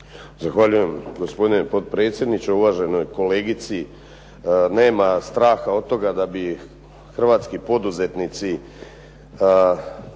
Zahvaljujem, gospodine potpredsjedniče. Uvaženoj kolegici, nema straha od toga da bi hrvatski poduzetnici